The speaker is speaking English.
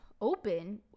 open